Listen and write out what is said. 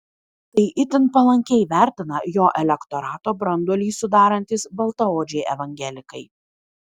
tai itin palankiai vertina jo elektorato branduolį sudarantys baltaodžiai evangelikai